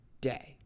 day